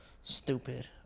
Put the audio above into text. Stupid